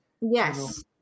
Yes